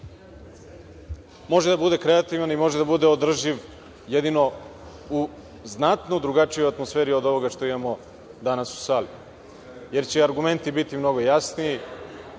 može da bude kreativan i može da bude održiv jedino u znatno drugačijoj atmosferi od ovoga što imamo danas u sali jer će i argumenti biti mnogo jasniji